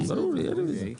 מי נגד?